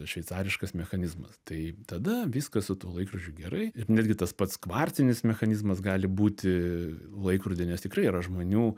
šveicariškas mechanizmas tai tada viskas su tuo laikrodžiu gerai ir netgi tas pats kvarcinis mechanizmas gali būti laikrody nes tikrai yra žmonių